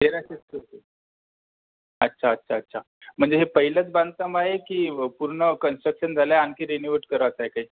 तेराशे square foot अच्छा अच्छा अच्छा म्हणजे हे पहिलंच बांधकाम आहे की पूर्ण कन्स्ट्रक्शन झालं आहे आणखी रीनोवेट करायचं आहे ते